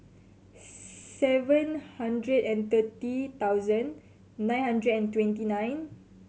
seven hundred and thirty thousand nine hundred and twenty nine